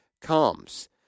comes